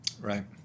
Right